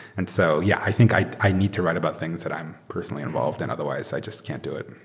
and so yeah, i think i i need to write about things that i'm personally involved in, otherwise i just can't do it.